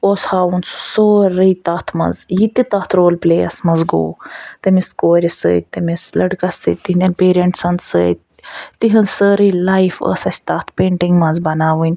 اوس ہاوُن سُہ سورُے تَتھ منٛز یہِ تہِ تَتھ رول پٕلے یَس منٛز گوٚو تٔمِس کورِ سۭتۍ تٔمِس لڑکَس سۭتۍ تہنٛدیٚن پیرَیٚنٛٹسَن سۭتۍ تہنٛز سٲری لایِف ٲسۍ اسہِ تَتھ پینٹِنٛگ منٛز بناوٕنۍ